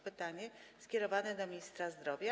Pytanie skierowane jest do ministra zdrowia.